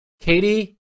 Katie